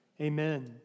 Amen